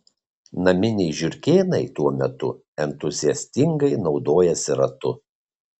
naminiai žiurkėnai tuo metu entuziastingai naudojasi ratu